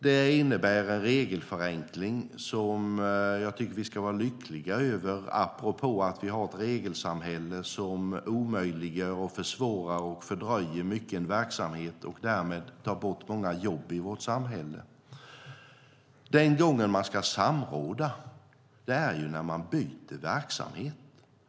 Det innebär en regelförenkling som jag tycker att vi ska vara lyckliga över med tanke på att vi har ett regelsamhälle som omöjliggör, försvårar och fördröjer mycket verksamhet och därmed tar bort många jobb i vårt samhälle. Den gång man ska samråda är när man byter verksamhet.